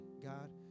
God